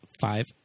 five